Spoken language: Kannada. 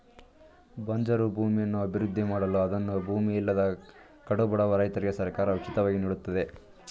ಬಂಜರು ಭೂಮಿಯನ್ನು ಅಭಿವೃದ್ಧಿ ಮಾಡಲು ಅದನ್ನು ಭೂಮಿ ಇಲ್ಲದ ಕಡುಬಡವ ರೈತರಿಗೆ ಸರ್ಕಾರ ಉಚಿತವಾಗಿ ನೀಡುತ್ತದೆ